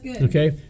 okay